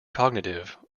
cognitive